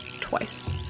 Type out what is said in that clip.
twice